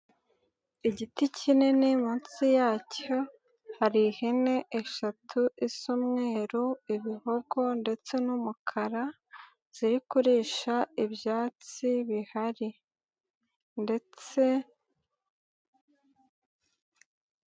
Igiti kinini munsi yacyo hari ihene eshatu isa umweru, ibihogo ndetse n'umukara zirikurisha ibyatsi bihari ndetse.